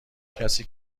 کسی